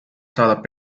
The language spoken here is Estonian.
saadab